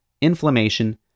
inflammation